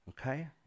Okay